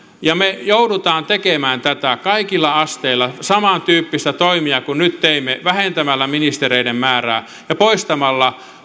ja me joudumme tekemään tätä kaikilla asteilla samantyyppisiä toimia kuin nyt teimme vähentämällä ministereiden määrää ja poistamalla